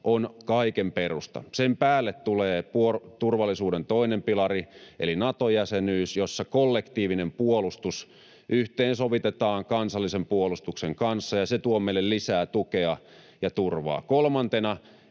on kaiken perusta. Sen päälle tulee turvallisuuden toinen pilari eli Nato-jäsenyys, jossa kollektiivinen puolustus yhteensovitetaan kansallisen puolustuksen kanssa, ja se tuo meille lisää tukea ja turvaa. Kolmantena